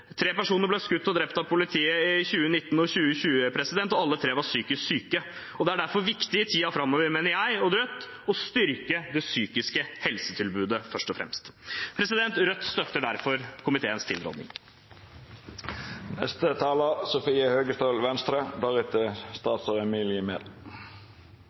Tre personer ble skutt og drept av politiet i 2019 og 2020, og alle tre var psykisk syke. Det er derfor viktig i tiden framover, mener jeg og Rødt, først og fremst å styrke det psykiske helsetilbudet. Rødt støtter derfor komiteens